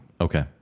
Okay